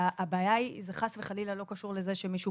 והבעיה זה חס וחלילה לא קשור לזה שמישהו